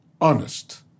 honest